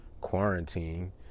quarantine